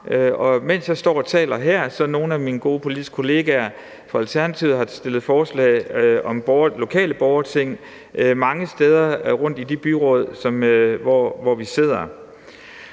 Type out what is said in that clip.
Og mens jeg står og taler her, har nogle af mine gode politiske kollegaer fra Alternativet stillet forslag om lokale borgerting mange steder rundtom i de byråd, hvor vi sidder.